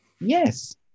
Yes